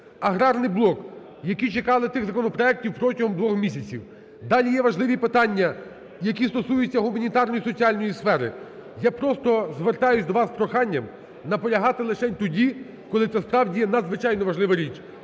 Аграрний блок, яких чекали, тих законопроектів протягом двох місяців! Далі є важливі питання, які стосуються гуманітарної і соціальної сфери. Я просто звертаюсь до вас з проханням наполягати лишень тоді, коли це справді надзвичайно важлива річ.